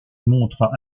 montre